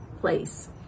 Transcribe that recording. place